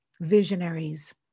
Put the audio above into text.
visionaries